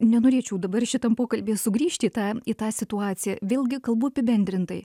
nenorėčiau dabar šitam pokalbyje sugrįžti į tą į tą situaciją vėlgi kalbu apibendrintai